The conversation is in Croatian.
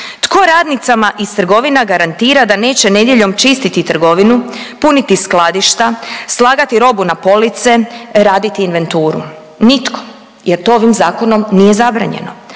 Tko radnicama iz trgovina garantira da neće nedjeljom čistiti trgovinu, puniti skladišta, slagati robu na police, raditi inventuru? Nitko jer to ovim zakonom nije zabranjeno.